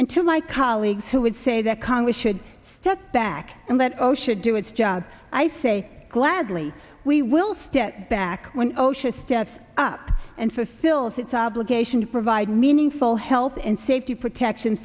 and to my colleagues who would say that congress should step back and let osha do its job i say gladly we will step back when osha steps up and fills its obligation to provide meaningful health and safety protection